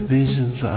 visions